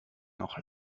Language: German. noch